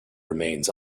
remains